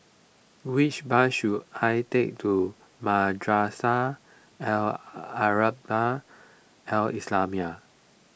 which bus should I take to Madrasah Al Arabiah Al Islamiah